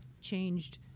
changed